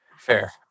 Fair